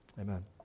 Amen